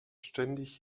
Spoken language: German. ständig